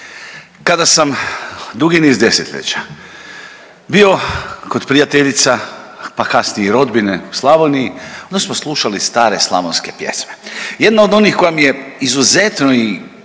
Kada sam dugi niz desetljeća bio kod prijateljica pa kasnije i rodbine u Slavoniji onda smo slušali stare slavonske pjesme. Jedna od onih koja mi je izuzetno i